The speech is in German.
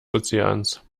ozeans